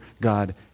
God